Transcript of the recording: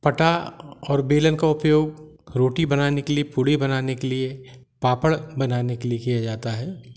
पटा और बेलन का उपयोग रोटी बनाने के लिए पूड़ी बनाने के लिए पापड़ बनाने के लिए किया जाता है